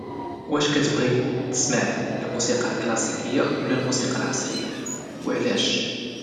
واش كتبغي تسمع الموسيقى العصرية ولا الموسيقى الكلاسيكية وعلاش؟